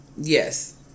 Yes